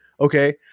Okay